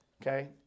okay